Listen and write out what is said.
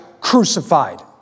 crucified